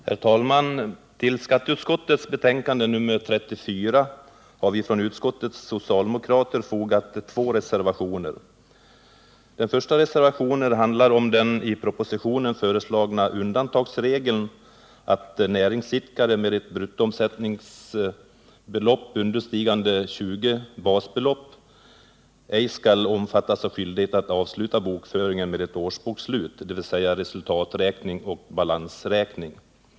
Herr talman! Till skatteutskottets betänkande 34 har vi från utskottets socialdemokrater fogat två reservationer. Den första reservationen handlar om den i propositionen föreslagna undantagsregeln att näringsidkare med en bruttoomsättning understigande 20 basbelopp ej skall omfattas av skyldigheten att avsluta bokföringen med ett årsbokslut, dvs. resultaträkning och balansräkning.